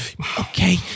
Okay